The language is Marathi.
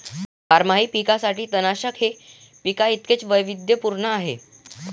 बारमाही पिकांसाठी तणनाशक हे पिकांइतकेच वैविध्यपूर्ण आहे